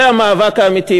זה המאבק האמיתי.